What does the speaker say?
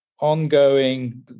ongoing